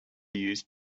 used